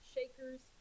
Shakers